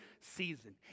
season